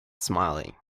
smiling